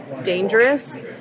dangerous